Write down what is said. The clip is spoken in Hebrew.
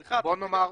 אגב,